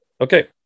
Okay